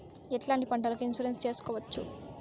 ఎట్లాంటి పంటలకు ఇన్సూరెన్సు చేసుకోవచ్చు?